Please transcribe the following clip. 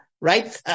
right